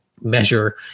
measure